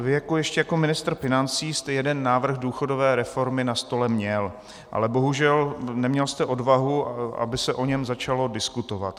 Vy ještě jako ministr financí jste jeden návrh důchodové reformy na stole měl, ale bohužel jste neměl odvahu, aby se o něm začalo diskutovat.